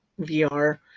VR